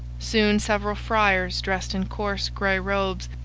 soon several friars dressed in coarse grey robes,